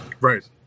Right